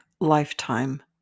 lifetime